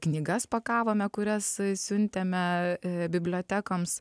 knygas pakavome kurias siuntėme bibliotekoms